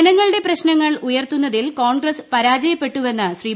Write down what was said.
ജനങ്ങളുടെ പ്രശ്നങ്ങൾ ഉയർത്തുന്നതിൽ ക്രോൺഗ്രസ് പരാജയപ്പെട്ടുവെന്ന് ശ്രീ